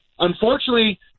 Unfortunately